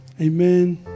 Amen